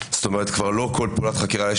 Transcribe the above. זאת אומרת כבר לא כל פרט חקירה,